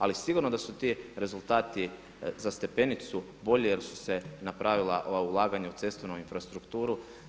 Ali sigurno da su ti rezultati za stepenicu bolji jer su se napravila ova ulaganja u cestovnu infrastrukturu.